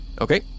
Okay